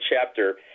chapter